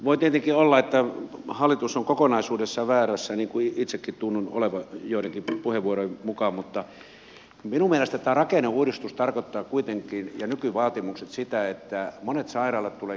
voi tietenkin olla että hallitus on kokonaisuudessaan väärässä niin kuin itsekin tunnun olevan joidenkin puheenvuorojen mukaan mutta minun mielestäni tämä rakenneuudistus ja nykyvaatimukset tarkoittavat kuitenkin sitä että monet sairaalat tulevat keskittymään päiväkirurgiaan